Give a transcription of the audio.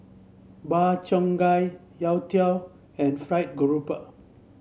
bar cheong gai youtiao and Fried Garoupa